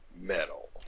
Metal